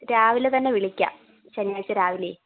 രാവിലെ തന്നെ വിളിക്കാം ശനിയാഴ്ച രാവിലെ